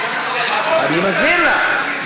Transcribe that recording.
אני מסביר לך.